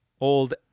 old